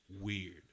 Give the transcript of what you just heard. weird